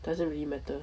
doesn't really matter